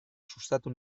sustatu